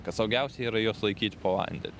kad saugiausia yra juos laikyt po vandeniu